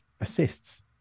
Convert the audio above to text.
assists